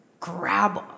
grab